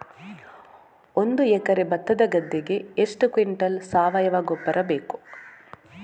ಒಂದು ಎಕರೆ ಭತ್ತದ ಗದ್ದೆಗೆ ಎಷ್ಟು ಕ್ವಿಂಟಲ್ ಸಾವಯವ ಗೊಬ್ಬರ ಬೇಕು?